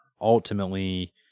ultimately